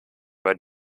über